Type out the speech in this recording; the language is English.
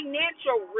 Financial